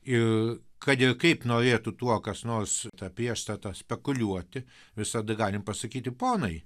ir kad ir kaip norėtų tuo kas nors ta priešstata spekuliuoti visada galim pasakyti ponai